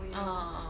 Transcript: uh uh